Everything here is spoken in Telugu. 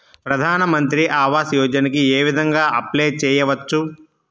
ప్రధాన మంత్రి ఆవాసయోజనకి ఏ విధంగా అప్లే చెయ్యవచ్చు?